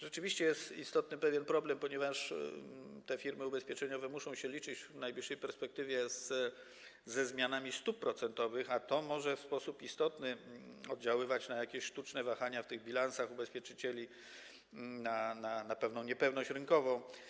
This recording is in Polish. Rzeczywiście jest tu pewien istotny problem, ponieważ firmy ubezpieczeniowe muszą się liczyć w najbliższej perspektywie ze zmianami stóp procentowych, a to może w sposób istotny oddziaływać na jakieś sztuczne wahania w bilansach ubezpieczycieli, na pewną niepewność rynkową.